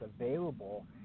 available